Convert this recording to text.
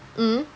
mm